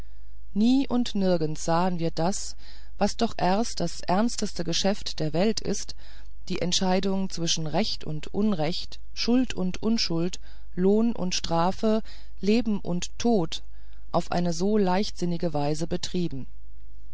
nie und nirgends sahen wir das was doch erst das ernsteste geschäft der welt ist die entscheidung zwischen recht und unrecht schuld und unschuld lohn und strafe leben und tod auf eine so leichtsinnige weise betreiben